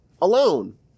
alone